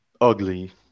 ugly